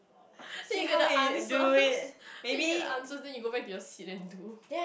then you get the answers then you get the answers then you go back to your seat and do